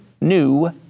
new